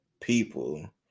people